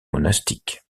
monastique